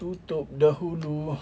tutup dahulu